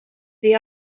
the